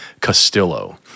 Castillo